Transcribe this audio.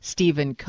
Stephen